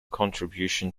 contribution